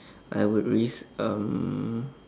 I would risk um